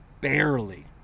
barely